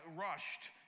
rushed